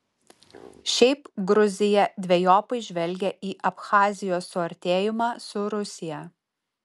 šiaip gruzija dvejopai žvelgia į abchazijos suartėjimą su rusija